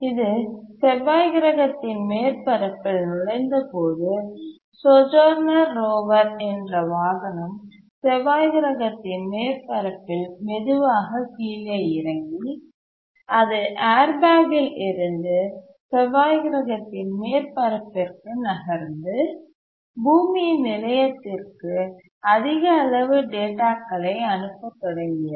இது செவ்வாய் கிரகத்தின் மேற்பரப்பில் நுழைந்தபோது சோஜர்னர் ரோவர் என்ற வாகனம் செவ்வாய் கிரகத்தின் மேற்பரப்பில் மெதுவாக கீழே இறங்கி அது ஏர்பேக் இல் இருந்து செவ்வாய் கிரகத்தின் மேற்பரப்பிற்கு நகர்ந்து பூமியின் நிலையத்திற்கு அதிக அளவு டேட்டா களை அனுப்பத் தொடங்கியது